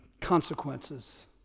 consequences